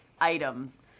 items